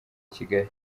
kigali